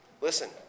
Listen